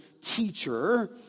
teacher